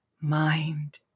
mind